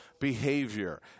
behavior